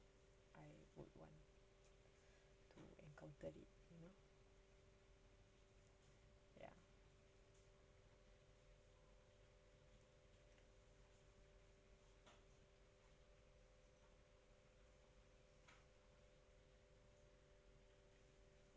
I would want to encounter it you know ya